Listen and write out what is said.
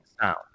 sound